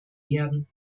werden